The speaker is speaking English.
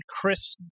Chris